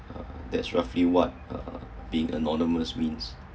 uh that's roughly what uh being anonymous means